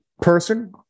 person